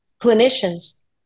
clinicians